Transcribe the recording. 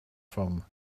from